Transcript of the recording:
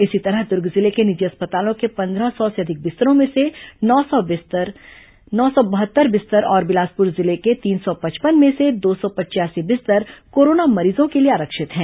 इसी तरह दुर्ग जिले के निजी अस्पतालों के पंद्रह सौ से अधिक बिस्तरों में से नौ सौ बहत्तर बिस्तर और बिलासपुर जिले के तीन सौ पचपन में से दो सौ पचयासी बिस्तर कोरोना मरीजों के लिए आरक्षित हैं